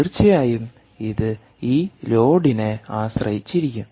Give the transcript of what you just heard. തീർച്ചയായും ഇത് ഈ ലോഡിനെ ആശ്രയിച്ചിരിക്കും